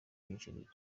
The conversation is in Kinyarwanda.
kwinjirira